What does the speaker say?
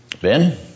Ben